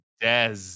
Des